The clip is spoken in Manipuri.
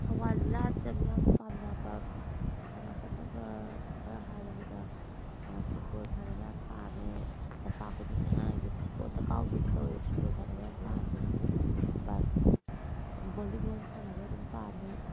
ꯊꯧꯕꯥꯜ ꯖꯤꯜꯂꯥ ꯑꯁꯤꯗ ꯃꯤꯌꯥꯝꯅ ꯄꯥꯝꯅꯕ ꯁꯥꯟꯅ ꯈꯣꯠꯅꯕ ꯈꯔ ꯍꯥꯏꯔꯕꯗ ꯐꯨꯠꯕꯣꯜ ꯁꯥꯟꯅꯕ ꯌꯥꯝꯅ ꯄꯥꯝꯃꯤ ꯂꯝꯄꯥꯛ ꯈꯨꯗꯤꯡꯒꯤ ꯑꯉꯥꯡꯒꯩꯁꯦ ꯐꯨꯠꯕꯣꯜꯗ ꯀꯥꯎꯗꯣꯏ ꯇꯧꯏ ꯐꯨꯠꯕꯣꯜ ꯁꯥꯟꯅꯕ ꯌꯥꯝꯅ ꯄꯥꯝꯃꯤ ꯕꯣꯂꯤꯕꯣꯜ ꯁꯥꯟꯅꯕ ꯑꯗꯨꯝ ꯄꯥꯝꯃꯤ